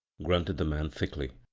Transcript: grunted the man thickly.